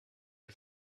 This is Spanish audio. del